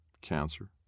Cancer